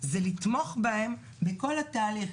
זה לתמוך בהם בכל התהליך,